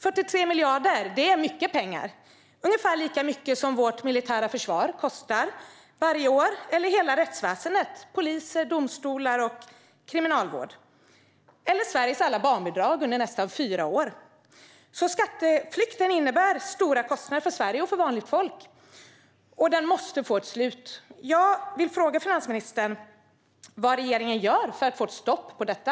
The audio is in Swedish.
43 miljarder kronor är mycket pengar. Det är ungefär lika mycket som vårt militära försvar kostar varje år, eller hela rättsväsendet - poliser, domstolar och kriminalvård - eller Sveriges alla barnbidrag under nästan fyra år. Skatteflykten innebär alltså stora kostnader för Sverige och för vanligt folk, och den måste få ett slut. Jag vill fråga finansministern vad regeringen gör för att få ett stopp på detta.